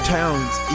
Towns